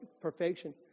perfection